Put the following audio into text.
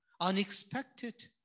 unexpected